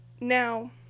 now